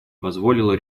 позволило